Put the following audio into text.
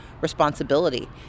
responsibility